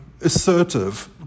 assertive